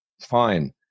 fine